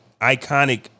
Iconic